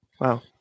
Wow